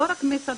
לא רק מהצד